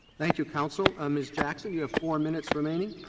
thank you, counsel. um ms. jackson, you have four minutes remaining.